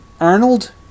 Arnold